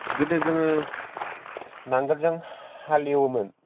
गोदो जोङो नांगोलजों हालेवोमोन